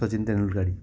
Sachin Tendulkar